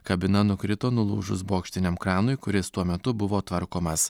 kabina nukrito nulūžus bokštiniam kranui kuris tuo metu buvo tvarkomas